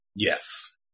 yes